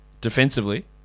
defensively